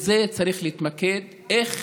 בזה צריך להתמקד: איך